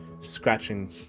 scratching